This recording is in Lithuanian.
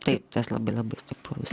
tai tas labai labai stiprus